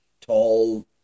tall